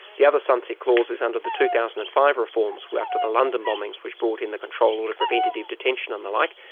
the other sunset clause is under the two thousand and five reforms, after the london bombings, which brought in the control order preventative detention and the like,